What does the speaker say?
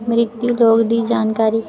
मृत्युलोक दी जानकारी